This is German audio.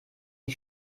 die